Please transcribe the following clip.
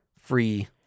free